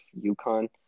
UConn